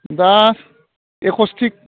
दा एखसतिक